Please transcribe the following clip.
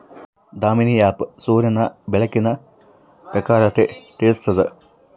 Damini app ಸೂರ್ಯನ ಬೆಳಕಿನ ಪ್ರಖರತೆ ತಿಳಿಸ್ತಾದ